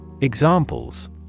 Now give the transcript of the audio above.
Examples